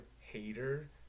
hater